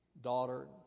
daughter